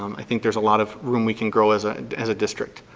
um i think there's a lot of room we can grow as ah and as a district.